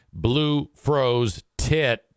BlueFrozeTit